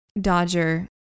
Dodger